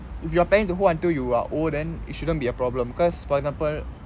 if you are planning to hold until you are old then it shouldn't be a problem cause for example